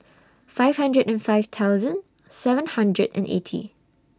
five hundred and five thousand seven hundred and eighty